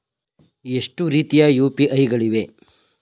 ಎಷ್ಟು ರೀತಿಯ ಯು.ಪಿ.ಐ ಗಳಿವೆ?